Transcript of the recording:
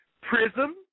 Prism